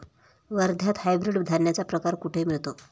वर्ध्यात हायब्रिड धान्याचा प्रकार कुठे मिळतो?